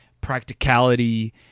practicality